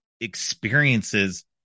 experiences